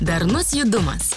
darnus judumas